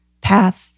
path